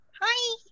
hi